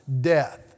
death